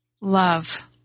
love